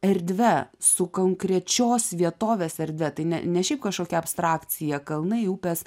erdve su kankrečios vietovės erdve tai ne ne šiaip kažkokia abstrakcija kalnai upės